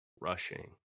rushing